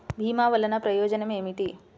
భీమ వల్లన ప్రయోజనం ఏమిటి?